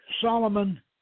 Solomon